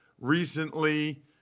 recently